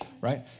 right